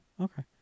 okay